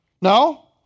no